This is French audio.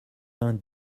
vingt